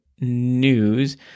news